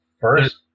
First